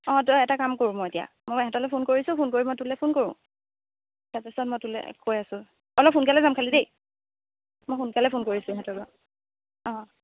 অঁ তই এটা কাম কৰোঁ মই এতিয়া মই ইহঁতলৈ ফোন কৰিছোঁ ফোন কৰি মই তোলৈ ফোন কৰোঁ তাৰপিছত মই তোলৈ কৈ আছোঁ অলপ সোনকালে যাম খালি দেই মই সোনকালে ফোন কৰিছোঁ ইহঁতলৈ অঁ